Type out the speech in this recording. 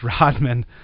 Rodman